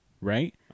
right